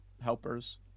helpers